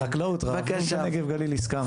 על נגב וגליל הסכמנו.